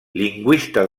lingüista